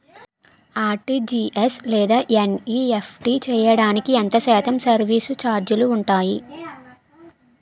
RTGS లేదా NEFT చేయడానికి ఎంత శాతం సర్విస్ ఛార్జీలు ఉంటాయి?